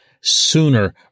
sooner